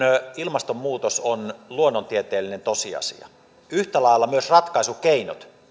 ilmastonmuutos on luonnontieteellinen tosiasia yhtä lailla myös ratkaisukeinojen